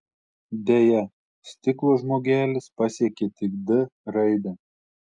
deja stiklo žmogelis pasiekė tik d raidę